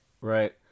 right